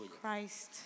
Christ